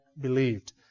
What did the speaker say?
believed